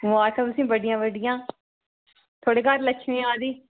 मबारखां तुसें ई बड्डियां बड्डियां थुहाड़े घर लक्ष्मी आई दी